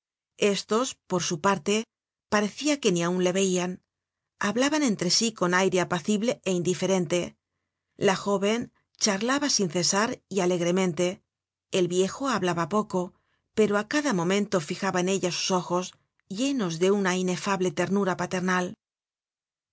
estos por su parte parecia que ni aun le veian hablaban entre sí con aire apacible é indiferente la jóven charlaba sin cesar y alegremente el viejo hablaba poco pero á cada momento fijaba en ella sus ojos llenos de una inefable ternura paternal